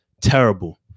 terrible